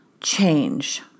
change